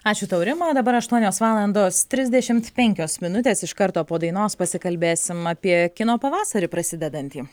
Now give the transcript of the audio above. ačiū tau rima dabar aštuonios valandos trisdešimt penkios minutės iš karto po dainos pasikalbėsim apie kino pavasarį prasidedantį